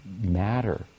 matter